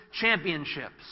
championships